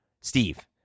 Steve